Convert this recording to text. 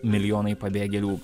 milijonai pabėgėlių